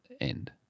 end